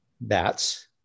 Bats